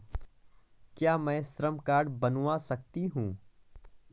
क्या मैं श्रम कार्ड बनवा सकती हूँ?